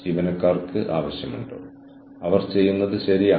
ഇവയുടെ അർത്ഥമെന്താണെന്ന് ഞാൻ നിങ്ങളോട് പറയാം